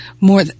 more